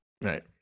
Right